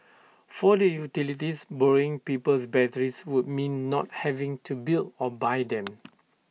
for the utilities borrowing people's batteries would mean not having to build or buy them